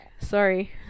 Sorry